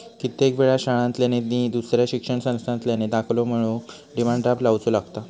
कित्येक वेळा शाळांतल्यानी नि दुसऱ्या शिक्षण संस्थांतल्यानी दाखलो मिळवूक डिमांड ड्राफ्ट लावुचो लागता